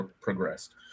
progressed